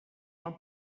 van